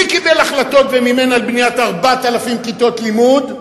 מי קיבל החלטות ומימן בניית 4,000 כיתות לימוד,